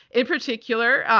in particular,